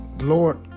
Lord